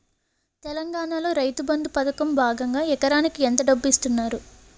తెలంగాణలో రైతుబంధు పథకం భాగంగా ఎకరానికి ఎంత డబ్బు ఇస్తున్నారు?